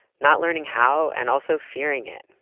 not learning how, and also fearing it,